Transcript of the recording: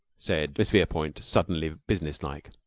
said miss verepoint, suddenly businesslike.